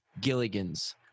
Gilligan's